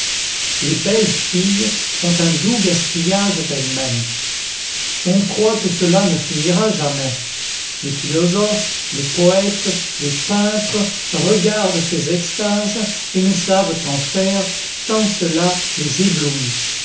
les belles filles font un doux gaspillage d'elles-mêmes on croit que cela ne finira jamais les philosophes les poètes les peintres regardent ces extases et ne savent qu'en faire tant cela les éblouit